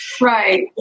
Right